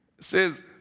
says